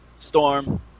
Storm